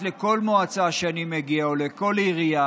לכל מועצה שאני מגיע אליה או לכל עירייה,